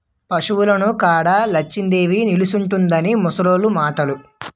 పశువులున్న కాడ లచ్చిందేవి నిలుసుంటుందని ముసలోళ్లు మాటలు